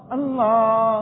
Allah